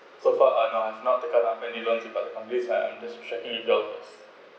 so far I'm not I've not take up uh any loan with other company on risk I'm just checking with loans